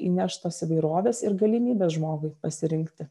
įneš tos įvairovės ir galimybės žmogui pasirinkti